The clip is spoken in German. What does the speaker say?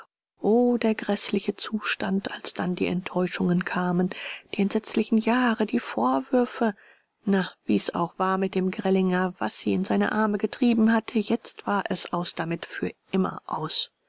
der gräßliche zustand als dann die enttäuschungen kamen die entsetzlichen jahre die vorwürfe na wie's auch war mit dem grellinger was sie in seine arme getrieben hatte jetzt war's aus damit für immer aus